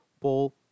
Paul